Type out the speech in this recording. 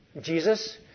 Jesus